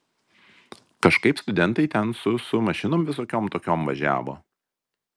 kažkaip studentai ten su su mašinom visokiom tokiom važiavo